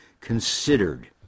considered